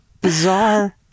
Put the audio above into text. bizarre